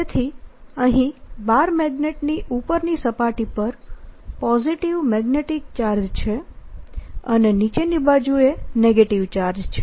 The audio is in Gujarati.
તેથી અહીં બાર મેગ્નેટની ઉપરની સપાટી પર પોઝીટીવ મેગ્નેટીક ચાર્જ છે અને નીચેની બાજુએ નેગેટીવ ચાર્જ છે